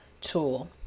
tool